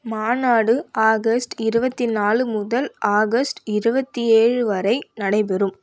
மாநாடு ஆகஸ்ட் இருபத்தி நாலு முதல் ஆகஸ்ட் இருபத்தி ஏழு வரை நடைபெறும்